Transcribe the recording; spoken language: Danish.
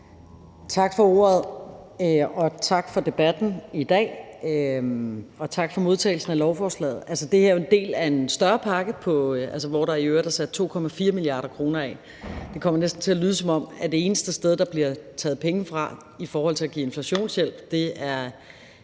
Tak for ordet, tak for debatten i dag, og tak for modtagelsen af lovforslaget. Det her er jo en del af en større pakke, hvor der i øvrigt er sat 2,4 mia. kr. af. Det kommer næsten til at lyde, som om det eneste sted, der bliver taget penge fra i forhold til at give inflationshjælp, er